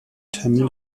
termin